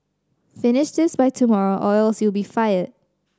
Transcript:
finish this by tomorrow or else you'll be fired